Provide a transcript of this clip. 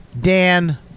Dan